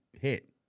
hit